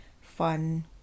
fun